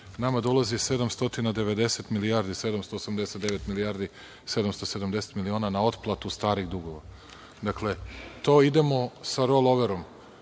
Nama dolazi 790 milijardi, 789 milijardi, 770 miliona na otplatu starih dugova. Dakle, to idemo sa rollover-om.